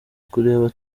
kureba